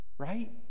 Right